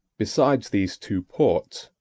besides these two ports,